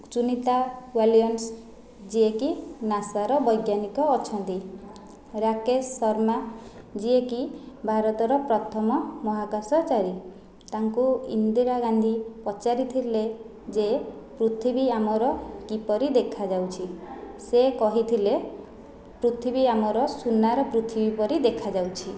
Sunita Williams ଯିଏକି ନାସାର ବୈଜ୍ଞାନିକ ଅଛନ୍ତି ରାକେଶ ଶର୍ମା ଯିଏକି ଭାରତର ପ୍ରଥମ ମହାକାଶଚାରୀ ତାଙ୍କୁ ଇନ୍ଦିରା ଗାନ୍ଧୀ ପଚାରିଥିଲେ ଯେ ପୃଥିବୀ ଆମର କିପରି ଦେଖା ଯାଉଛି ସେ କହିଥିଲେ ପୃଥିବୀ ଆମର ସୁନାର ପୃଥିବୀ ପରି ଦେଖାଯାଉଛି